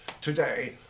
today